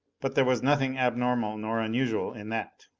but there was nothing abnormal nor unusual in that!